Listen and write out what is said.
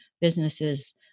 businesses